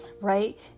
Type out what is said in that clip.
Right